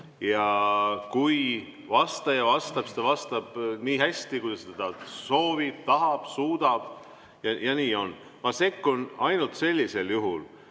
Ja kui vastaja vastab, siis ta vastab nii hästi, kui ta seda soovib, tahab, suudab, ja nii on. Ma sekkun ainult sellisel juhul,